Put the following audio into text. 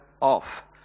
off